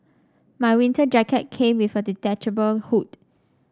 my winter jacket came with a detachable hood